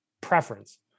preference –